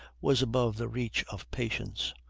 was above the reach of patience.